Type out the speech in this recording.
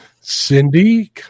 cindy